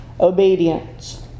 obedience